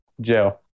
jail